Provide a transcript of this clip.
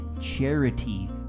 charity